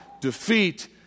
defeat